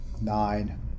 nine